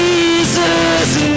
Jesus